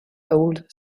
hold